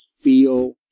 feel